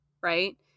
right